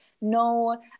no